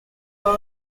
are